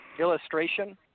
illustration